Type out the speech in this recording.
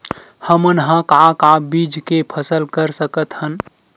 हमन ह का का बीज के फसल कर सकत हन?